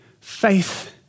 faith